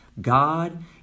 God